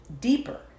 deeper